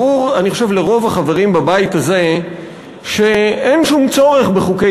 ברור לרוב החברים בבית הזה שאין שום צורך בחוקי